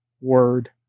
word